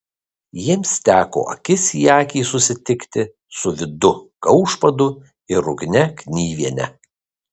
jiems teko akis į akį susitikti su vidu kaušpadu ir ugne knyviene